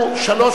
שלוש